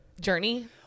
journey